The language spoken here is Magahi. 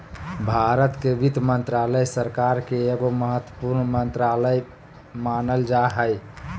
भारत के वित्त मन्त्रालय, सरकार के एगो महत्वपूर्ण मन्त्रालय मानल जा हय